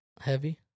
Heavy